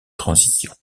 transition